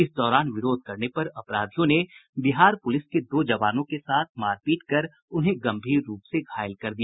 इस दौरान विरोध करने पर अपराधियों ने बिहार पुलिस के दो जवानों के साथ मारपीट कर उन्हें गंभीर रूप से घायल कर दिया